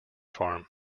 farm